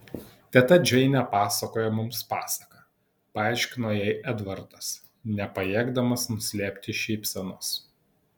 teta džeinė pasakoja mums pasaką paaiškino jai edvardas nepajėgdamas nuslėpti šypsenos